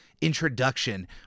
introduction